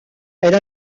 elle